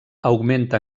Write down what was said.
augmenta